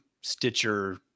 Stitcher